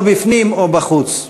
או בפנים או בחוץ.